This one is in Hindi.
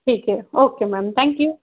ठीक है ओके मैम थैंक यू